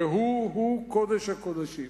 והוא הוא קודש הקודשים.